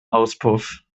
auspuff